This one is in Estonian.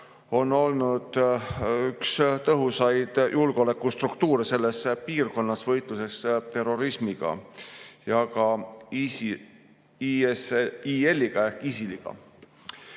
on olnud üks tõhusamaid julgeolekustruktuure selles piirkonnas võitluses terrorismi ja ISIL‑iga.